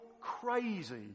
crazy